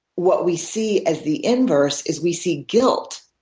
what we see as the inverse is we see guilt.